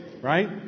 right